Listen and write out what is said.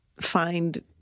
find